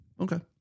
Okay